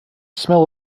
smell